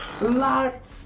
lots